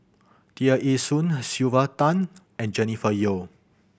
Tear Ee Soon Sylvia Tan and Jennifer Yeo